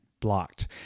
blocked